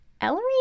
Ellery